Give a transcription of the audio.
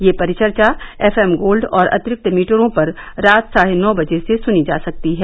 यह परिचर्चा F M Gold और अतिरिक्त मीटरों पर रात साढ़े नौ बजे से सुनी जा सकती है